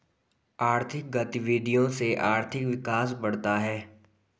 आर्थिक गतविधियों से आर्थिक विकास बढ़ता है